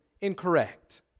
incorrect